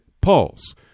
pulse